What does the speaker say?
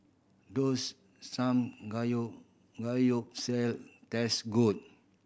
does taste good